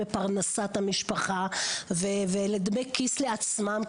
בפרנסת המשפחה ולדמי כיס לעצמם,